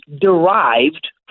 derived